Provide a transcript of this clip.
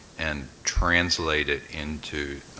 and translate it into